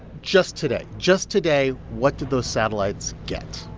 just today just today what did those satellites get?